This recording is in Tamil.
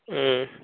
ம்